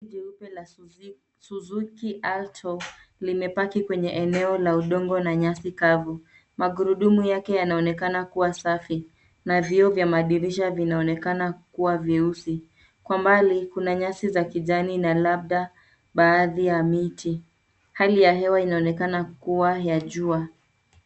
Gari jeupe la Suzuki Alto limepaki kwenye eneo la udongo na nyasi kavu. Magurudumu yake yanaonekana kuwa safi. Na vioo vya madirisha vinaonekana kuwa vyeusi. Kwa mbali, kuna nyasi za kijani na labda bahadhi ya miti. Hali ya hewa inaonekana kuwa ya jua.